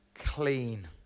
clean